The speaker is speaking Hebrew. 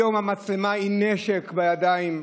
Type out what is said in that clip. היום המצלמה היא נשק בידיים,